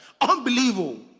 Unbelievable